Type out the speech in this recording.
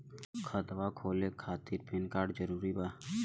खतवा के खोले खातिर पेन कार्ड जरूरी बा?